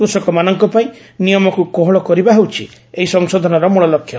କୃଷକମାନଙ୍କ ପାଇଁ ନିୟମକୁ କୋହଳ କରିବା ହେଉଛି ଏହି ସଂଶୋଧନର ମୂଳ ଲକ୍ଷ୍ୟ